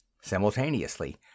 Simultaneously